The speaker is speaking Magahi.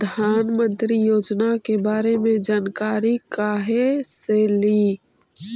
प्रधानमंत्री योजना के बारे मे जानकारी काहे से ली?